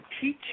Teaching